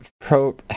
pro